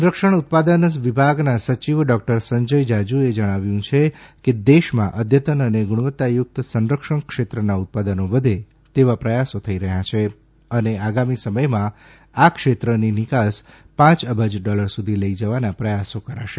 સંરક્ષણ ઉત્પાદન વિભાગના સચિવ ડોક્ટર સંજય જાજુએ જણાવ્યું છે કે દેશમાં અદ્યતન અને ગુણવત્તાયુક્ત સંરક્ષણ ક્ષેત્રના ઉત્પાદનો વધે તેવા પ્રયાસો થઈ રહ્યા છે અને આગામી સમયમાં આ ક્ષેત્રની નિકાસ પાંચ અબજ ડોલર સુધી લઈ જવાના પ્રયાસો કરાશે